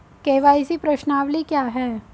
KYC प्रश्नावली क्या है?